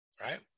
right